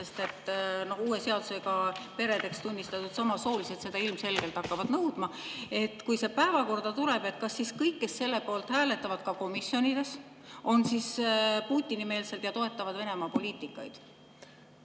– uue seadusega peredeks tunnistatud samasoolised seda ilmselgelt nõudma hakkavad – ja see päevakorda tuleb, kas siis kõik, kes selle poolt hääletavad, ka komisjonides, on siis Putini-meelsed ja toetavad Venemaa poliitikat?